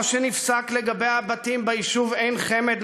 כפי שנפסק לגבי הבתים ביישוב עין-חמד,